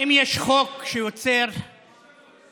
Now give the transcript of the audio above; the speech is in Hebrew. אם יש חוק שיוצר תת-אוכלוסייה